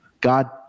God